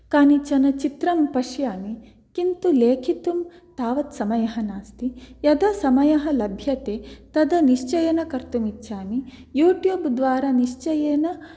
कानिचन चित्रं पश्यामि किन्तु लेखितुं तावत् समयः नास्ति यदा समयः लभ्यते तदा निश्चयेन कर्तुम् इच्छामि यूट्यूब् द्वारा निश्चयेन